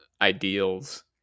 ideals